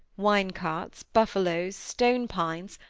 wine-carts, buffaloes, stone-pines,